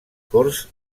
corts